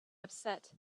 upset